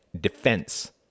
defense